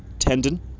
tendon